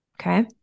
Okay